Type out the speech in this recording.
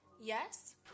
yes